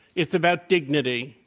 it's about dignity.